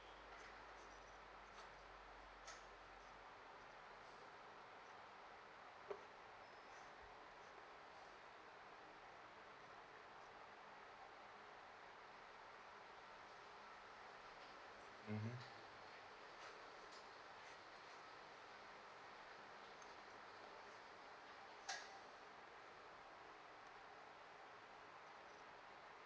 mmhmm